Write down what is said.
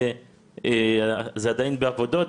זה עדיין בעבודה,